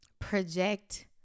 project